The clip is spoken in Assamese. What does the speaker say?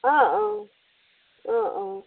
অঁ অঁ অঁ অঁ